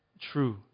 true